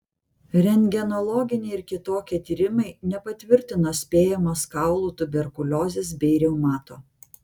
rentgenologiniai ir kitokie tyrimai nepatvirtino spėjamos kaulų tuberkuliozės bei reumato